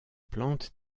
plantes